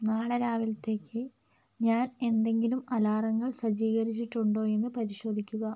നാളെ രാവിലത്തേക്ക് ഞാൻ എന്തെങ്കിലും അലാറങ്ങൾ സജ്ജീകരിച്ചിട്ടുണ്ടോയെന്ന് പരിശോധിക്കുക